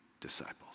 disciples